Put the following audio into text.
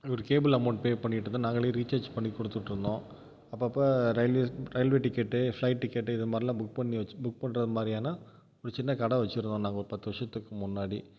ஒரு cable amount pay பண்ணிட்டுயிருந்தோம் நாங்களே ரீசார்ஜ் பண்ணிக் கொடுத்துட்டுருந்தோம் அப்போப்ப railway railway ticket flight ticket இது மாதிரிலாம் புக் பண்ணி வச் புக் பண்ணுற மாதிரியான ஒரு சின்ன கடை வச்சுருந்தோம் நாங்கள் ஒரு பத்து வருஷத்துக்கு முன்னாடி